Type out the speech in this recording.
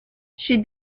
she